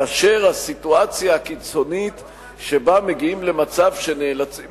מאשר הסיטואציה הקיצונית שבה מגיעים למצב שנאלצים